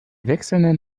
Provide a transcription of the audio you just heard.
wechselnden